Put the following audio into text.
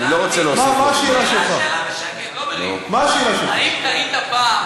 אני רק תוהה אם הוא מבין למה,